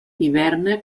hiberna